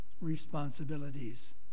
responsibilities